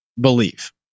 believe